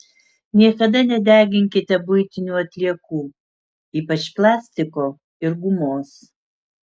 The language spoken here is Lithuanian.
niekada nedeginkite buitinių atliekų ypač plastiko ir gumos